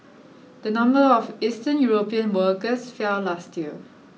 the number of Eastern European workers fell last year